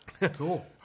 Cool